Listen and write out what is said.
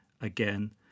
again